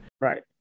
Right